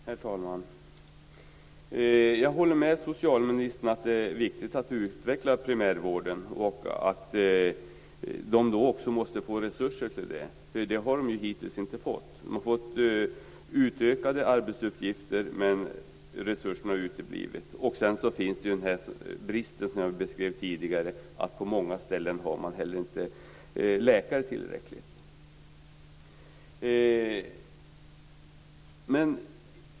Herr talman! Jag håller med socialministern om att det är viktigt att utveckla primärvården och att den också måste få resurser att göra det. Det har den ju hittills inte fått. Primärvården har fått utökade arbetsuppgifter, men resurserna har uteblivit. Dessutom finns bristen, som jag beskrev tidigare, att man på många ställen inte har tillräckligt med läkare.